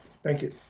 thank you.